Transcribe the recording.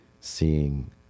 seeing